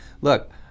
Look